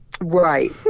Right